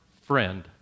friend